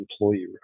employee